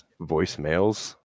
voicemails